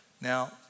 Now